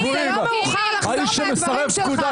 זה לא מאוחר לחזור מהדברים שלך,